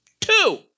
Two